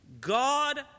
God